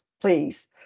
please